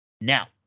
Now